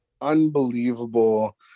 unbelievable